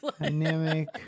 Dynamic